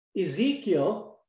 Ezekiel